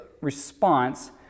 response